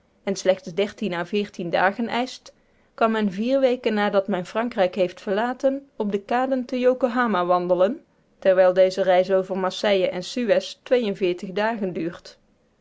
en slechts à dagen eischt kan men vier weken nadat men frankrijk heeft verlaten op de kaden te yokohama wandelen terwijl deze reis over marseille en suez dagen duurt